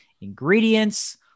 ingredients